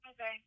Okay